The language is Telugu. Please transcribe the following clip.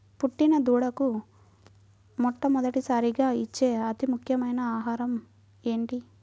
పుట్టిన దూడకు మొట్టమొదటిసారిగా ఇచ్చే అతి ముఖ్యమైన ఆహారము ఏంటి?